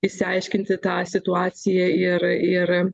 išsiaiškinti tą situaciją ir ir